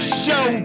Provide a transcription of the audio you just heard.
show